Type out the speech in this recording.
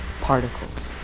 particles